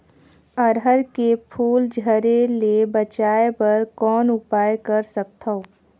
अरहर के फूल झरे ले बचाय बर कौन उपाय कर सकथव?